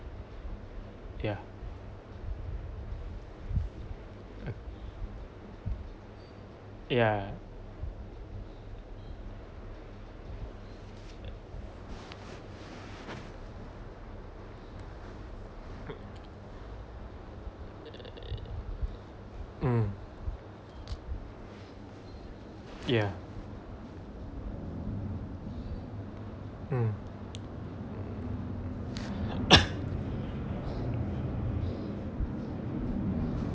ya ya mm ya mm